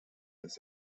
des